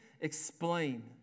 explain